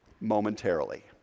momentarily